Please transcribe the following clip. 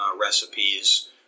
recipes